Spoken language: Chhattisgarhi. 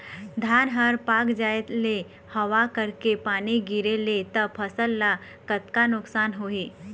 धान हर पाक जाय ले हवा करके पानी गिरे ले त फसल ला कतका नुकसान होही?